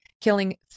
killing